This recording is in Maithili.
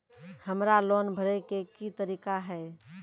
हमरा लोन भरे के की तरीका है?